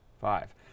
five